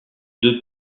deux